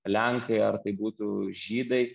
lenkai ar tai būtų žydai